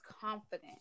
confident